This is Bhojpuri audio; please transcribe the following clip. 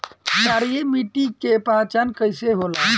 क्षारीय मिट्टी के पहचान कईसे होला?